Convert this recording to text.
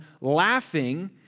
laughing